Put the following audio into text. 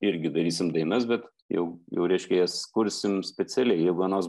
irgi darysim dainas bet jau jau reiškia jas kursim specialiai jeigu anos